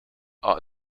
are